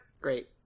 Great